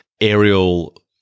aerial